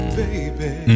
baby